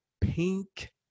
Pink